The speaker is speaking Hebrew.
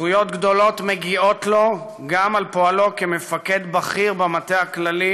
זכויות גדולות מגיעות לו גם על פועלו כמפקד בכיר במטה הכללי